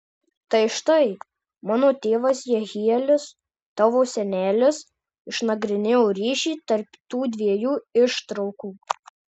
tai štai mano tėvas jehielis tavo senelis išnagrinėjo ryšį tarp tų dviejų ištraukų